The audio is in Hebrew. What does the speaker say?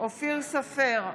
אופיר סופר,